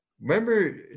remember